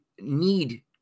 need